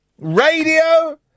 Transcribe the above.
radio